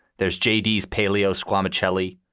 there's j d. paleoclimate shelley,